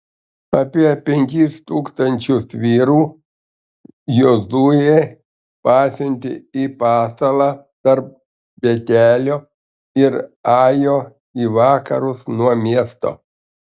apie penkis tūkstančius vyrų jozuė pasiuntė į pasalą tarp betelio ir ajo į vakarus nuo miesto